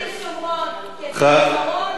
דין שומרון כדין שרון,